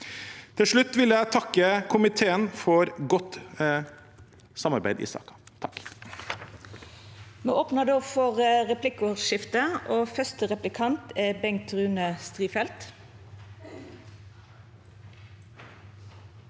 Til slutt vil jeg takke komiteen for godt samarbeid i saken.